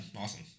Awesome